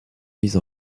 mise